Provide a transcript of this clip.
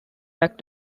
back